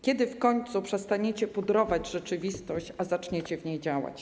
Kiedy w końcu przestaniecie pudrować rzeczywistość, a zaczniecie w niej działać?